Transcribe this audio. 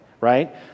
right